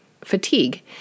fatigue